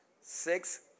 six